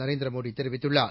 நரேந்திர மோடி தெரிவித்துள்ளார்